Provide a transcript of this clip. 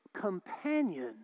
companion